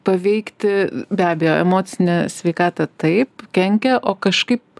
paveikti be abejo emocinę sveikatą taip kenkia o kažkaip